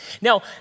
Now